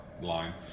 line